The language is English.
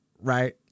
right